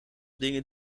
dingen